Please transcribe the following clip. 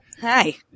Hi